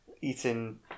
eating